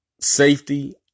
Safety